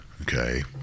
Okay